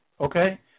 okay